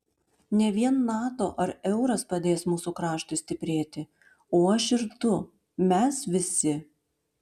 ne vien nato ar euras padės mūsų kraštui stiprėti o aš ir tu mes visi